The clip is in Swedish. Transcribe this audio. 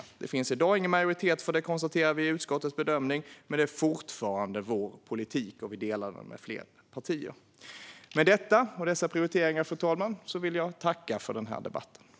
I dag finns ingen majoritet för detta, konstateras i utskottets bedömning. Men det här är fortfarande vår politik, och vi delar den med flera partier.